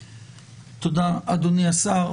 תודה, אדוני השר.